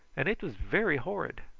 and it was very horrid.